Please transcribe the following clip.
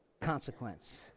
consequence